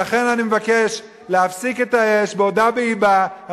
לכן אני מבקש להפסיק את האש בעודה באבה1